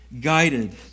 guided